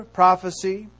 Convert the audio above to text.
prophecy